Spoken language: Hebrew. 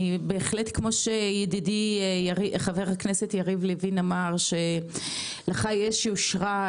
כמו שידידי חבר הכנסת יריב לוין אמר, לך יש יושרה,